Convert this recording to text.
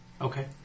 Okay